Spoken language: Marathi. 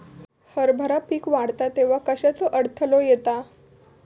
हरभरा पीक वाढता तेव्हा कश्याचो अडथलो येता?